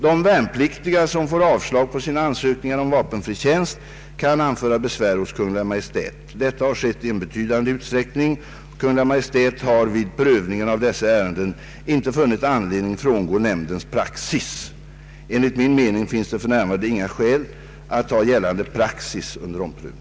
De värnpliktiga som får avslag på sina ansökningar om vapenfri tjänst kan anföra besvär hos Kungl. Maj:t. Detta har också skett i betydande utsträckning. Kungl. Maj:t har vid prövningen av dessa ärenden inte funnit anledning frångå nämndens praxis. Enligt min mening finns det för närvarande inget skäl att ta gällande praxis under omprövning.